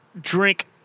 drink